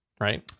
right